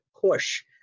push